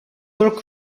talk